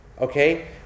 okay